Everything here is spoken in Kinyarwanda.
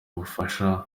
ubufasha